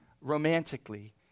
romantically